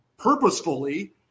purposefully